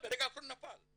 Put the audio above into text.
ברגע האחרון נפל.